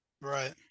right